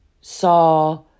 saw